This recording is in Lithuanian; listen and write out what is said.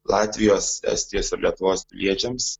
latvijos estijos ir lietuvos piliečiams